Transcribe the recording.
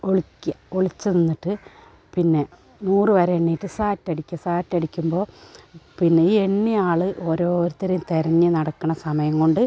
ഒളിക്കുക ഒളിച്ചു നിന്നിട്ടു പിന്നെ നൂറു വരെ എണീറ്റ് സാറ്റടിക്കുക സാറ്റടിക്കുമ്പോൾ പിന്നെ ഈ എണ്ണിയ ആൾ ഓരോരുത്തരെയും തിരഞ്ഞു നടക്കണ സമയം കൊണ്ട്